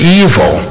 evil